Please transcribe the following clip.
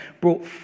brought